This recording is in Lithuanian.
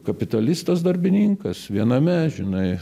kapitalistas darbininkas viename žinai